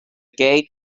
gate